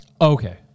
Okay